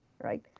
right